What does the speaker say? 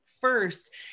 first